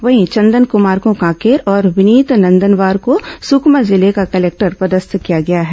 वहीं चंदन कुमार को कांकेर और विनीत नंदनवार को सुकमा जिले का कलेक्टर पदस्थ किया गया है